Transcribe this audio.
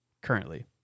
Currently